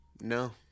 No